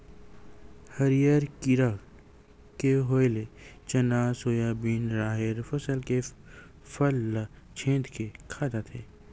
हरियर कीरा के होय ले चना, सोयाबिन, राहेर फसल के फर ल छेंद के खा जाथे